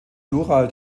plural